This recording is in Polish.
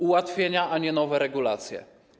Ułatwienia, a nie nowe regulacje.